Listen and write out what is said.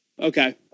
Okay